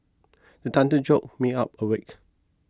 the thunder jolt me of awake